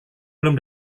belum